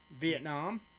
Vietnam